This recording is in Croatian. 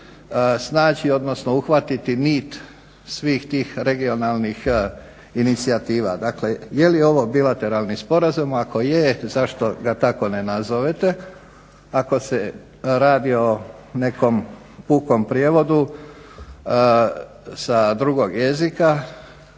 odnosno uhvatiti nit svih tih regionalnih inicijativa. Dakle je li ovo bilateralni sporazum? Ako je zašto ga tako ne nazovete. Ako se radi o nekom pukom prijevodu sa drugog jezika